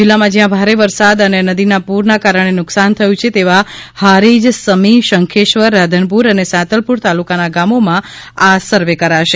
જિલ્લામાં જ્યાં ભારે વરસાદ અને નદીમાં પુરના કારણે નુકશાન થયું છે તેવા હારીજ સમી શંખેશ્વર રાધનપુર અને સાંતલપુર તાલુકાના ગામોમાં આ સર્વે કરાશે